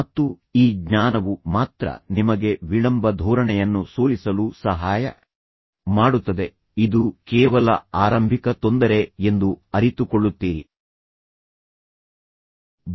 ಮತ್ತು ಈ ಜ್ಞಾನವು ಮಾತ್ರ ನಿಮಗೆ ವಿಳಂಬ ಧೋರಣೆಯನ್ನು ಸೋಲಿಸಲು ಸಹಾಯ ಮಾಡುತ್ತದೆ ಮತ್ತು ನೀವು ಇದು ಕೇವಲ ಆರಂಭಿಕ ತೊಂದರೆ ಎಂದು ಅರಿತುಕೊಳ್ಳುತ್ತೀರಿ ಮತ್ತು ಒಮ್ಮೆ ನೀವು ಹೇಗೋ ಪ್ರಾರಂಭಿಸಿದರೆ ಅದನ್ನು ಹೇಗಾದರೂ ಮುಗಿಸುತ್ತೀರಿ